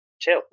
chill